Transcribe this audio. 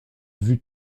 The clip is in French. vue